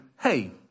hey